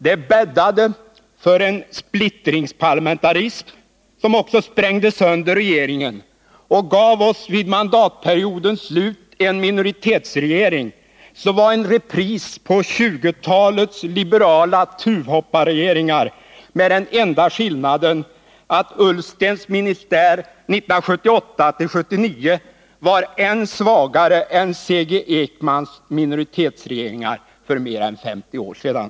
Det bäddade för en splittringsparlamentarism, som sprängde sönder regeringen och gav oss vid mandatperiodens slut en minoritetsregering. Den var en repris på 1920-talets liberala tuvhopparregeringar. Den enda skillnaden var att Ola Ullstens ministär 1978-1979 var än svagare än C. G. Ekmans minoritetsregeringar för mer än 50 år sedan.